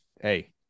hey